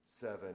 seven